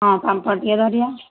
ହଁ ପାମ୍ପଡ଼ ଟିକେ ଧରିବା